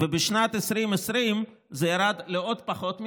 בשנת 2020 זה עוד ירד לפחות מזה,